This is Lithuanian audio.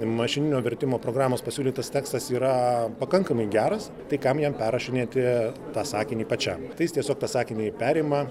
mašininio vertimo programos pasiūlytas tekstas yra pakankamai geras tai kam jam perrašinėti tą sakinį pačiam tai jis tiesiog tą sakinį perima